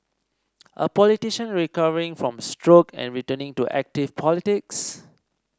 a politician recovering from stroke and returning to active politics